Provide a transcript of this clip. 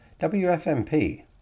WFMP